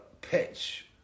pitch